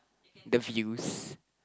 the views